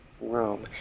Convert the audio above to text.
room